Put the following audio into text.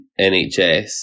NHS